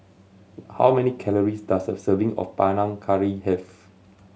how many calories does a serving of Panang Curry have